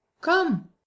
Come